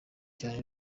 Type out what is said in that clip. cyane